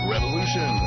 Revolution